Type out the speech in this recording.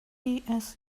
lewis